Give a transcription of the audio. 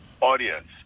audience